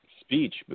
speech